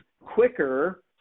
quicker